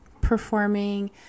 performing